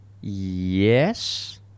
yes